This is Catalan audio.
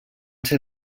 ser